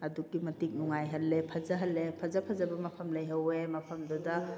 ꯑꯗꯨꯛꯀꯤ ꯃꯇꯤꯛ ꯅꯨꯡꯉꯥꯏꯍꯜꯂꯦ ꯐꯖꯍꯜꯂꯦ ꯐꯖ ꯐꯖꯕ ꯃꯐꯝ ꯂꯩꯍꯧꯋꯦ ꯃꯐꯝꯗꯨꯗ